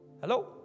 Hello